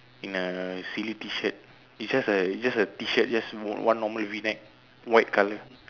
in a silly t shirt it's just a it's just a t shirt just o~ one normal v neck white color